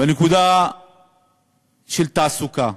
והנקודה של תעסוקה,